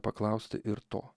paklausti ir to